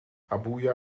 abuja